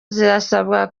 zirasabwa